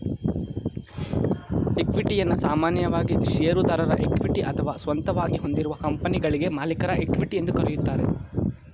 ಇಕ್ವಿಟಿಯನ್ನ ಸಾಮಾನ್ಯವಾಗಿ ಶೇರುದಾರರ ಇಕ್ವಿಟಿ ಅಥವಾ ಸ್ವಂತವಾಗಿ ಹೊಂದಿರುವ ಕಂಪನಿಗಳ್ಗೆ ಮಾಲೀಕರ ಇಕ್ವಿಟಿ ಎಂದು ಕರೆಯುತ್ತಾರೆ